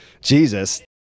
Jesus